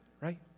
right